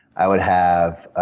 i would have ah